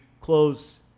close